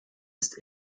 ist